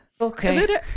Okay